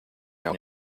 miał